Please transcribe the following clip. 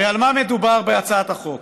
הרי על מה מדובר בהצעת החוק?